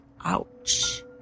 Ouch